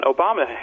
Obama